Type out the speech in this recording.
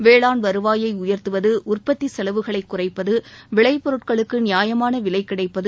வேளாண் வருவாயை உயர்த்துவது உற்பத்தி செலவுகளை குறைப்பது விளைப்பொருட்களுக்கு நியாயமான விலை கிடைப்பது